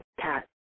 cat